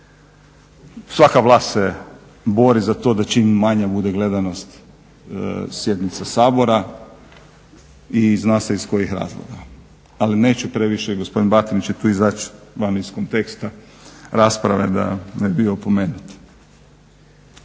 Svaka vlast se bori za to da čim manja bude gledanost sjednica Sabora i zna se iz kojih razloga, ali neću previše, gospodin Batinić je tu, izaći van iz konteksta rasprave da ne bi bio opomenut.